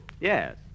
Yes